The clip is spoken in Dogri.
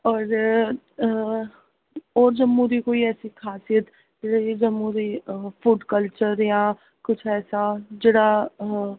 होर होर जम्मू दी कोई ऐसी खासियत जेह्ड़ी जम्मू दी फूड कल्चर जां कुछ ऐसा जेह्ड़ा